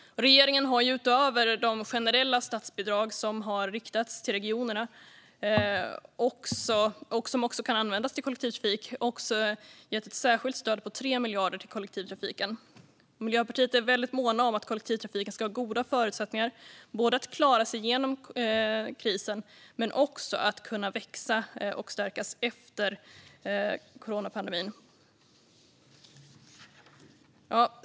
Regeringen har utöver de generella statsbidrag som har riktats till regionerna, och som även kan användas till kollektivtrafik, också gett ett särskilt stöd på 3 miljarder till kollektivtrafiken. I Miljöpartiet är vi väldigt måna om att kollektivtrafiken ska ha goda förutsättningar både att klara sig igenom krisen och att kunna växa och stärkas efter coronapandemin.